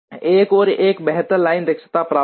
1 और एक बेहतर लाइन दक्षता प्राप्त करें